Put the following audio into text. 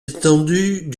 étendue